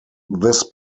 this